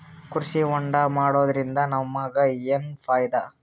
ಕೃಷಿ ಹೋಂಡಾ ಮಾಡೋದ್ರಿಂದ ನಮಗ ಏನ್ ಫಾಯಿದಾ?